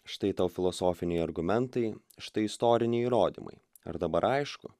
štai tau filosofiniai argumentai štai istoriniai įrodymai ar dabar aišku